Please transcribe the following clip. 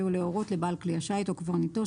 הוא להורות לבעל כלי השיט או קברניטו,